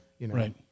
Right